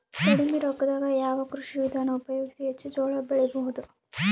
ಕಡಿಮಿ ರೊಕ್ಕದಾಗ ಯಾವ ಕೃಷಿ ವಿಧಾನ ಉಪಯೋಗಿಸಿ ಹೆಚ್ಚ ಜೋಳ ಬೆಳಿ ಬಹುದ?